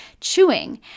Chewing